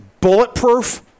bulletproof